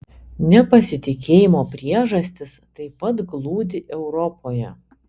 nepasitikėjimo priežastys taip pat glūdi europoje